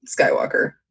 skywalker